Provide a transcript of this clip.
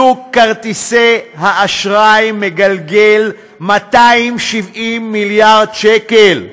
שוק כרטיסי האשראי מגלגל 270 מיליארד שקל,